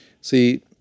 see